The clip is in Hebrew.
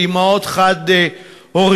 של אימהות חד-הוריות,